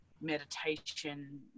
meditation